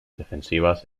defensivas